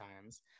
times